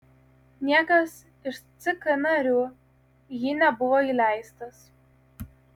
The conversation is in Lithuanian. niekas iš ck narių į jį nebuvo įleistas